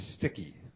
sticky